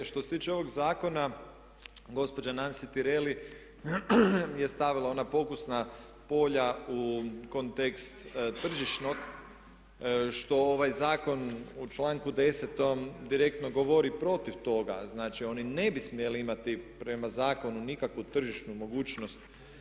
Što se tiče ovog zakona gospođa Nansi Tireli je stavila ona pokusna polja u kontekst tržišnog što ovaj zakon u članku 10.-tom direktno govorit protiv toga, znači oni ne bi smjeli imati prema zakonu nikakvu tržišnu mogućnost.